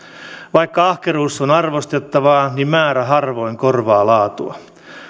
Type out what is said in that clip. vaikka ahkeruus on arvostettavaa niin määrä harvoin korvaa laatua